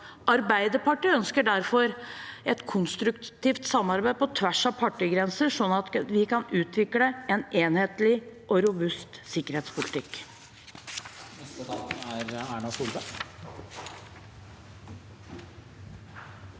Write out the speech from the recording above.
Arbeiderpartiet ønsker derfor et konstruktivt samarbeid på tvers av partigrenser, sånn at vi kan utvikle en enhetlig og robust sikkerhetspolitikk.